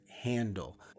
handle